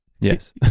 Yes